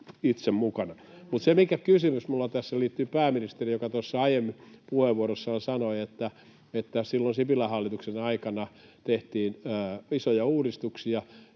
itse mukana. Mutta se kysymys, mikä minulla on tässä, liittyy pääministeriin, joka tuossa aiemmin puheenvuorossaan sanoi, että silloin Sipilän hallituksen aikana tehtiin isoja uudistuksia.